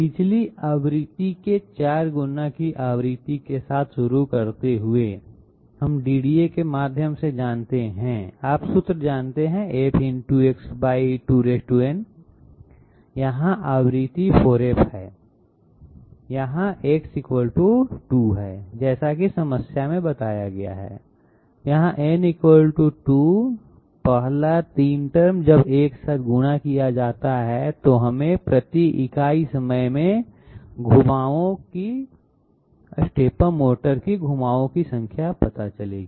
पिछली आवृत्ति के 4 गुना की आवृत्ति के साथ शुरू करते हुए हम DDA के माध्यम से जानते हैं आप सूत्र जानते हैं f× X 2n यहाँ आवृत्ति 4f है यहाँ X 2 जैसा कि समस्या में बताया गया है यहाँ n 2 पहला 3 टर्म जब एक साथ गुणा किया जाता है तो हमें प्रति इकाई समय में घुमावों की स्टेपर मोटर संख्या मिलेगी